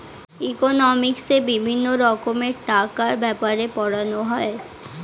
ইকোনমিক্সে বিভিন্ন রকমের টাকার ব্যাপারে পড়ানো হয়